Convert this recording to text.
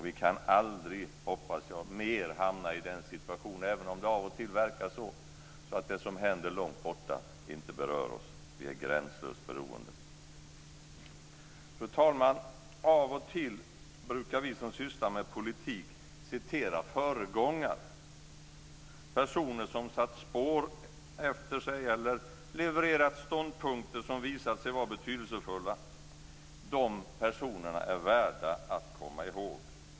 Vi kan aldrig, hoppas jag, mer hamna i den situationen, även om det av och till verkar så, att det som händer långt borta inte berör oss. Vi är gränslöst beroende. Fru talman! Av och till brukar vi som sysslar med politik citera föregångare. Personer som satt spår efter sig eller levererat ståndpunkter som visat sig vara betydelsefulla är värda att komma ihåg.